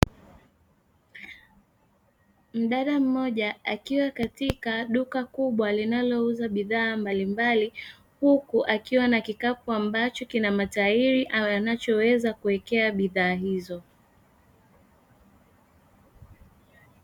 Mdada mmoja akiwa katika duka kubwa linalouza bidhaa mbalimbali, huku akiwa na kikapu ambacho kina mataili anachoweza kuwekea bidhaa hizo.